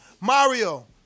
Mario